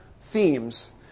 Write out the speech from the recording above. themes